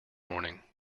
morning